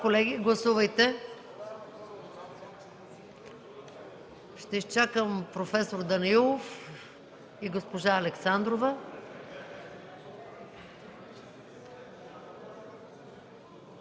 колеги, гласувайте! Ще изчакам проф. Данаилов и госпожа Александрова,